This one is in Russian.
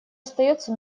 остается